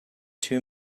two